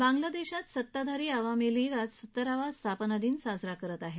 बांगलादेशात सत्ताधारी आवामी लीग आज सत्तरावा स्थापना दिन साजरा करत आहे